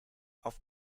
auf